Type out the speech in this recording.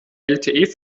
lte